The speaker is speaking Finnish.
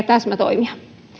täsmätoimia